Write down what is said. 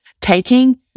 taking